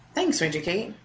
thanks ranger kate!